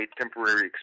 temporary